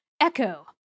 Echo